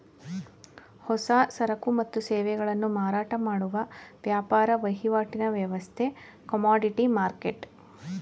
ಹೊಸ ಸರಕು ಮತ್ತು ಸೇವೆಗಳನ್ನು ಮಾರಾಟ ಮಾಡುವ ವ್ಯಾಪಾರ ವಹಿವಾಟಿನ ವ್ಯವಸ್ಥೆ ಕಮೋಡಿಟಿ ಮರ್ಕೆಟ್